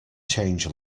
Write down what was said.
change